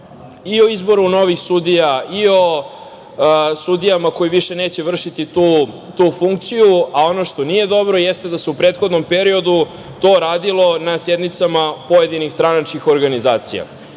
i o izboru novih sudija i o sudijama koji više neće vršiti tu funkciju. A ono što nije dobro jeste da se u prethodnom periodu to radilo na sednicama pojedinih stranačkih organizacija. Ja